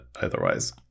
Otherwise